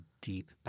deep